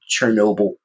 Chernobyl